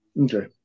Okay